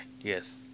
Yes